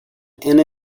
and